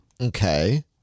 Okay